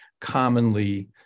commonly